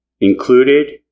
included